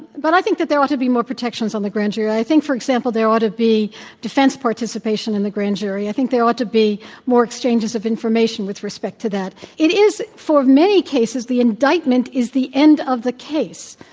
but i think that there ought to be more protections on the grand jury. i think, for example, there ought to be defense participation in the grand jury. i think there ought to be more exchanges of information with respect to that. it is, for many cases, the indictment is the end of the case.